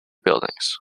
buildings